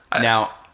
Now